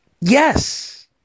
Yes